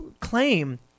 claim